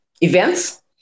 events